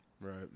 Right